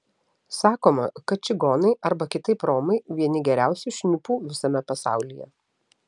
sakoma kad čigonai arba kitaip romai vieni geriausių šnipų visame pasaulyje